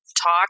talk